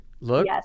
Look